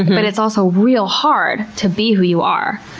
but it's also real hard to be who you are.